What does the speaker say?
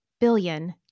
billion